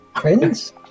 Friends